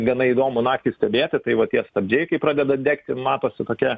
gana įdomu naktį stebėti tai va tie stabdžiai kai pradeda degti matosi tokia